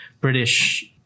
British